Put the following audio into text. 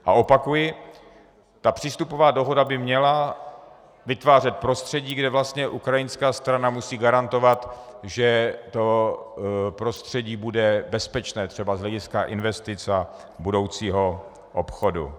A opakuji, přístupová dohoda by měla vytvářet prostředí, kde vlastně ukrajinská strana musí garantovat, že to prostředí bude bezpečné třeba z hlediska investic a budoucího obchodu.